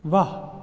वा